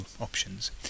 options